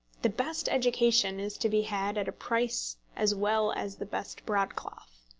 the best education is to be had at a price as well as the best broadcloth.